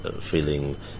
feeling